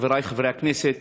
חברי חברי הכנסת,